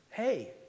hey